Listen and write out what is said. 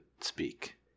speak